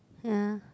yeah